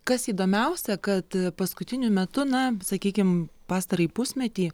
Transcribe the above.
kas įdomiausia kad paskutiniu metu na sakykim pastarąjį pusmetį